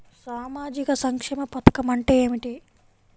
సామాజిక సంక్షేమ పథకం అంటే ఏమిటి?